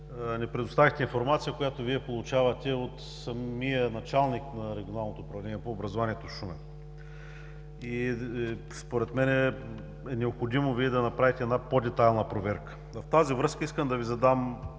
ни предоставихте информация, която Вие получавате от самия началник на Регионалното управление на образованието – Шумен. Според мен е необходимо Вие да направите една по-детайлна проверка. В тази връзка искам да Ви задам